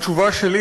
התשובה שלי,